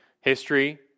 history